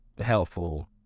helpful